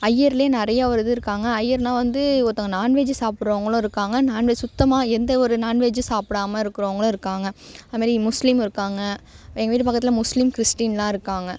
ஐயர்லையே நிறையா ஒரு இது இருக்காங்க ஐயர்னால் வந்து ஒருத்தவங்கள் நாண்வெஜ் சாப்பிட்றவங்களும் இருக்காங்க நாண்வெஜ் சுத்தமாக எந்த ஒரு நாண்வெஜ்ஜும் சாப்பிடாம இருக்கிறவுங்களும் இருக்காங்க அதுமாரி முஸ்லீம் இருக்காங்க எங்கள் வீட்டு பக்கத்தில் முஸ்லீம் கிறிஸ்டின்லாம் இருக்காங்க